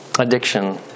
Addiction